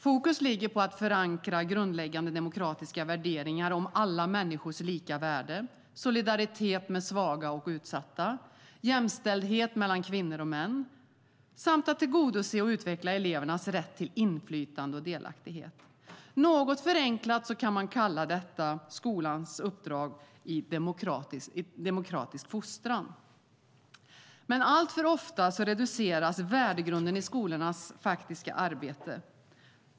Fokus ligger på att förankra grundläggande demokratiska värderingar om alla människors lika värde, solidaritet med svaga och utsatta, jämställdhet mellan kvinnor och män samt att tillgodose och utveckla elevernas rätt till inflytande och delaktighet. Något förenklat kan man kalla detta skolans uppdrag i demokratisk fostran. Alltför ofta reduceras värdegrunden i skolornas faktiska arbete.